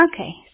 Okay